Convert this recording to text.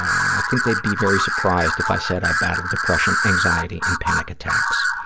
i think they'd be very surprised if i said i battled depression, anxiety and panic attacks.